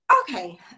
Okay